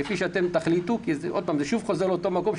כפי שאתם תחליטו זה שוב חוזר לאותו מקום,